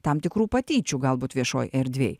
tam tikrų patyčių galbūt viešoj erdvėj